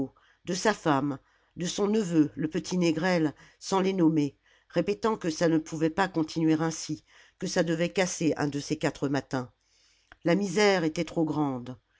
de sa femme de son neveu le petit négrel sans les nommer répétant que ça ne pouvait pas continuer ainsi que ça devait casser un de ces quatre matins la misère était trop grande